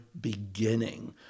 beginning